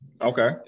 Okay